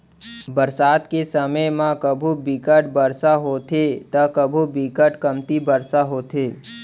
बरसात के समे म कभू बिकट बरसा होथे त कभू बिकट कमती बरसा होथे